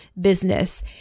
business